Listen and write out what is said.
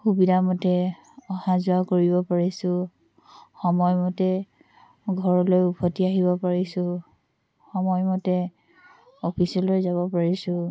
সুবিধামতে অহা যোৱা কৰিব পাৰিছো সময়মতে ঘৰলৈ উভতি আহিব পাৰিছো সময়মতে অফিচলৈ যাব পাৰিছো